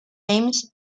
aims